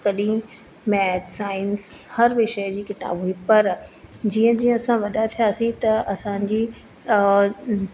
तॾहिं maths science हर विषय जी किताबूं पर जीअं जीअं असां वॾा थियासीं त असांजी